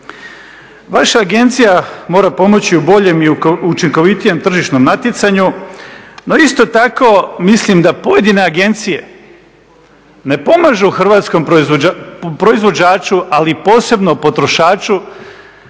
Vaša agencija mora pomoći u boljem i učinkovitijem tržišnom natjecanju no isto tako mislim da pojedine agencije ne pomažu hrvatskom proizvođaču, ali posebno potrošaču